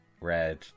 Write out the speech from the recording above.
red